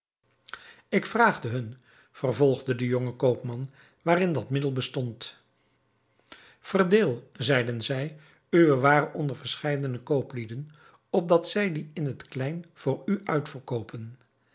ik vraagde hun vervolgde de jonge koopman waarin dat middel bestond verdeel zeiden zij uwe waren onder verscheidene kooplieden opdat zij die in het klein voor u uitverkoopen